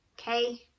okay